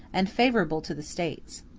and favorable to the states.